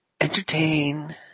entertain